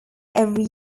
every